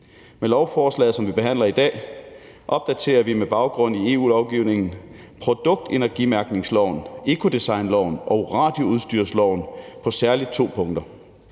Med lovforslaget, som vi behandler i dag, opdaterer vi med baggrund i EU-lovgivningen produktenergimærkningsloven, ecodesignlovgivningen og radioudstyrsloven på særlig to punkter: